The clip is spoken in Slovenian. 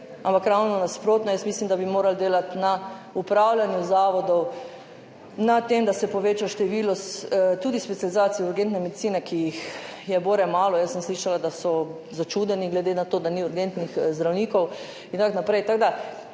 ampak ravno nasprotno, mislim, da bi morali delati na upravljanju zavodov, na tem, da se poveča tudi število specializacij urgentne medicine, ki jih je bore malo. Jaz sem slišala, da so začudeni glede na to, da ni urgentnih zdravnikov, in tako naprej.